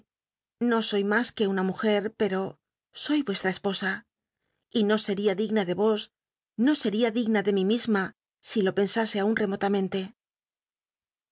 no soy mas que una mujel pero soy vuestra esposa y no seria digna de os no seria digna de mi misma si lo pensase aun remotamente